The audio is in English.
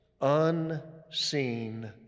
unseen